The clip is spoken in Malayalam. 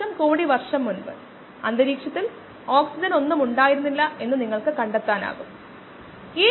2 അല്ലെങ്കിൽ അതുപോലെയുള്ള ഒന്ന് പറയാം ഇത് ഒരു വരിയാണ് അതിനുശേഷം ഇതുമായി താരതമ്യപ്പെടുത്തുമ്പോൾ മറ്റൊരു ചരിവുള്ള മറ്റൊരു വരിയുണ്ട്